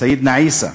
סידנא עיסא,